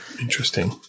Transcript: Interesting